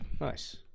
Nice